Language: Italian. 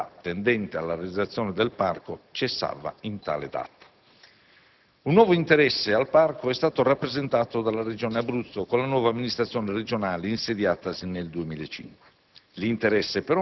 Ogni attività tendente alla realizzazione del Parco cessava in tale data. Un nuovo interesse al Parco è stato rappresentato dalla Regione Abruzzo con la nuova amministrazione regionale insediatasi nel 2005.